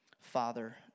Father